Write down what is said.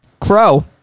crow